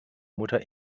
mutter